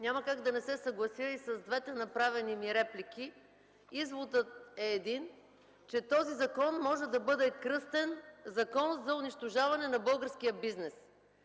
Няма как да не се съглася и с двете направени ми реплики. Изводът е един – че този закон може да бъде кръстен „Закон за унищожаване на българския бизнес”.